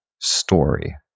story